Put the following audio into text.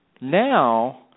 Now